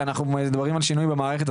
כשאנחנו מדברים על שינויים במערכת,